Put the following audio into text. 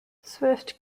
swift